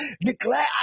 Declare